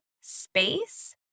space